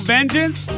Vengeance